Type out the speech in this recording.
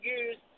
use